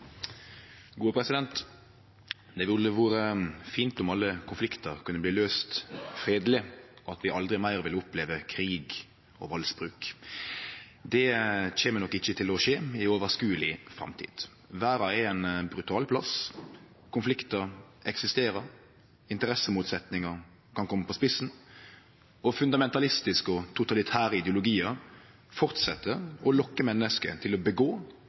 Det ville vore fint om alle konfliktar kunne bli løyste fredeleg, at vi aldri meir vil oppleve krig og valdsbruk. Det kjem nok ikkje til å skje i nær framtid. Verda er ein brutal plass. Konfliktar eksisterer. Interessemotsetnader kan kome på spissen. Fundamentalistiske og totalitære ideologiar fortset å lokke menneske til å